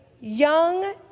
young